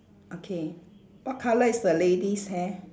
okay what colour is the lady's hair